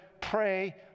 pray